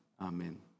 Amen